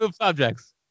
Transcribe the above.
subjects